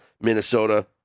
Minnesota